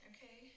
Okay